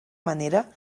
manera